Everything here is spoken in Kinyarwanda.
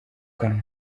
kanwa